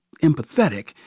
empathetic